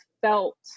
felt